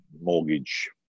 mortgage